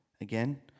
again